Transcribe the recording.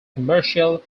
commercial